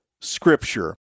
Scripture